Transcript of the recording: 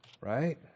right